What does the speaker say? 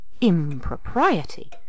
impropriety